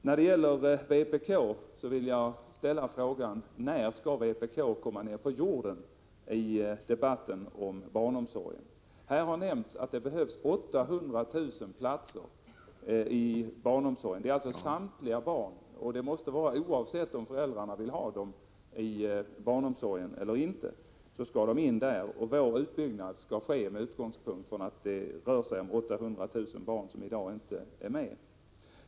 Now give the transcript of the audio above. När det gäller vpk vill jag ställa följande fråga: När skall vpk komma ned på jorden i debatten om barnomsorgen? Det har här nämnts att det behövs 800 000 platser i barnomsorgen. Detta antal avser samtliga barn, och de skall alltså beredas plats oavsett om föräldrarna vill ha dem i barnomsorgen eller inte. Vår utbyggnad skulle alltså ske med utgångspunkt i ett behov av 800 000 platser.